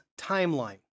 timeline